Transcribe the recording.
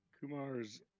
Kumar's